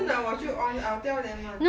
你真的我就 on ah 我要 later on